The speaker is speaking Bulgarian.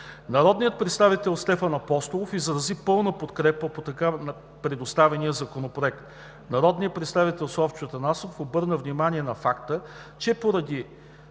Народният представител Стефан Апостолов изрази пълна подкрепа за така представения законопроект. Народният представител Славчо Атанасов обърна внимание на факта, че поради